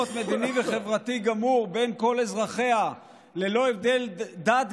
מדיני וחברתי גמור בין כל אזרחיה ללא הבדל דת,